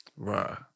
Right